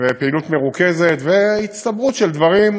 ופעילות מרוכזת, והצטברות של דברים,